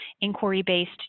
inquiry-based